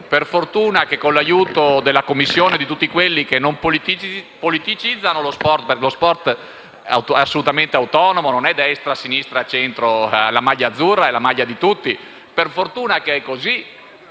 migliorato, con l'aiuto della Commissione e di tutti coloro che non politicizzano lo sport, perché lo sport è assolutamente autonomo, non è di destra, sinistra o centro e la maglia azzurra è la maglia di tutti. Per fortuna che è così,